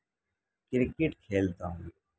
cricket کھیلتا ہوں